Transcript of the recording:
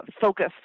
focus